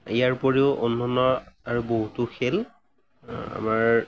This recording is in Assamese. ইয়াৰ উপৰিও অন্যান্য আৰু বহুতো খেল আমাৰ